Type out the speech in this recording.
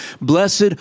blessed